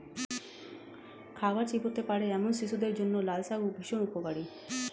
খাবার চিবোতে পারে এমন শিশুদের জন্য লালশাক ভীষণ উপকারী